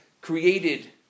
created